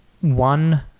one